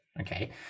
okay